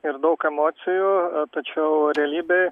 ir daug emocijų tačiau realybėj